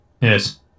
Yes